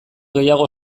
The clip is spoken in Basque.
gehiago